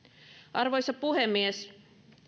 arvoisa puhemies